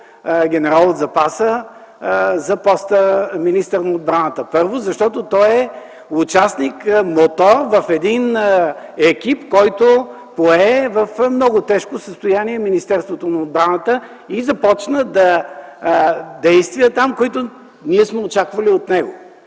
генерал от запаса, за поста министър на отбраната, първо, защото той е участник, мотор в един екип, който пое в много тежко състояние Министерството на отбраната и започна там действия, които ние сме очаквали от него.